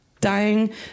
dying